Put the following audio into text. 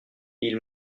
ils